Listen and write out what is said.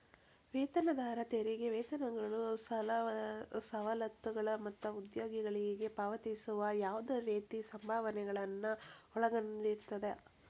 ವೇತನದಾರ ತೆರಿಗೆ ವೇತನಗಳು ಸವಲತ್ತುಗಳು ಮತ್ತ ಉದ್ಯೋಗಿಗಳಿಗೆ ಪಾವತಿಸುವ ಯಾವ್ದ್ ರೇತಿ ಸಂಭಾವನೆಗಳನ್ನ ಒಳಗೊಂಡಿರ್ತದ